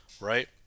right